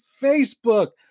Facebook